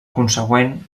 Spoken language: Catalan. consegüent